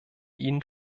ihnen